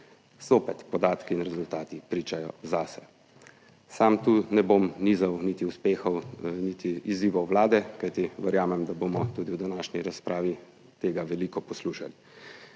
zopet podatki in rezultati pričajo zase. Sam tu ne bom nizal niti uspehov, niti izzivov Vlade, kajti verjamem, da bomo tudi v današnji razpravi tega veliko poslušali.